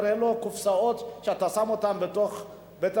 הרי הם לא קופסאות שאתה שם אותן בתוך בית,